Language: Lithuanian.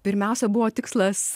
pirmiausia buvo tikslas